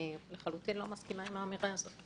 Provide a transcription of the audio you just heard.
אני לחלוטין לא מסכימה עם האמירה הזאת.